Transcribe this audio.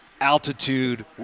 altitude